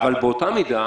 אבל באותה מידה